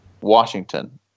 Washington